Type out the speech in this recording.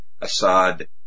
Assad